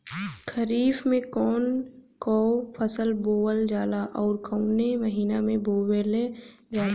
खरिफ में कौन कौं फसल बोवल जाला अउर काउने महीने में बोवेल जाला?